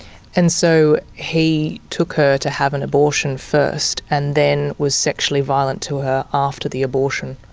and so he took her to have an abortion first and then was sexually violent to her after the abortion?